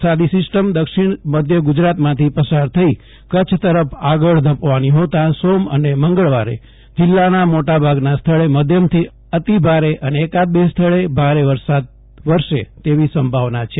વરસાદી સિસ્ટમ દક્ષિણ મધ્ય ગુજરાતમાંથી પસાર થઇ કચ્છ તરફ આગળ ધપવાની હોતાં સોમ અને મંગળવારે જિલ્લાના મોટાભાગના સ્થળે મધ્યમથી ભારે અને એકાદ બે સ્થળે અતીભારે વરસાદ વરસે તેવી સંભાવના છે